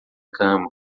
cama